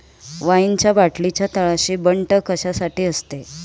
वाईनच्या बाटलीच्या तळाशी बंट कशासाठी असते?